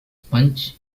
punch